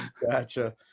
Gotcha